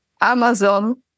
Amazon